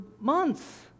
Months